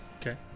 Okay